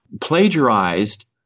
plagiarized